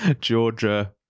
Georgia